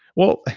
well,